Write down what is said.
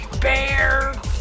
bear